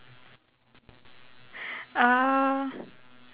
uh